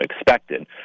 expected